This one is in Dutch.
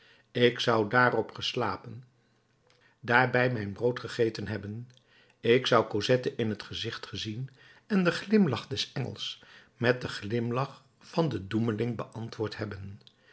ik zou daarop geslapen daarbij mijn brood gegeten hebben ik zou cosette in het gezicht gezien en den glimlach des engels met den glimlach van den doemeling beantwoord hebben